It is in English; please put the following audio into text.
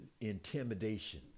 intimidation